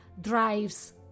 drives